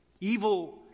evil